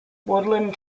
woodland